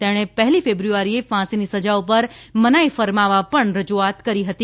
તેણે પહેલી ફેબ્રુઆરીએ ફાંસીની સજા પર મનાઇ ફરમાવવા પણ રજુઆત કરી હતી